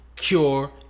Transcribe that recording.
cure